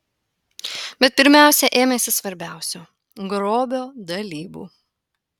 bet pirmiausia ėmėsi svarbiausio grobio dalybų